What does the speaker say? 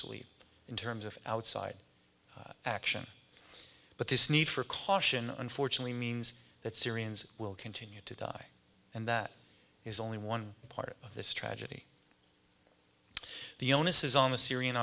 y in terms of outside action but this need for caution unfortunately means that syrians will continue to die and that is only one part of this tragedy the onus is on the syrian